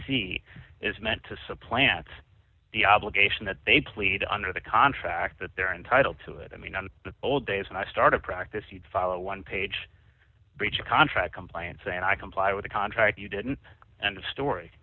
see is meant to supplant the obligation that they played under the contract that they're entitled to it i mean on the old days when i started practice you'd follow a one page breach of contract compliance and i comply with a contract you didn't end of story